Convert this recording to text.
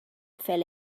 fell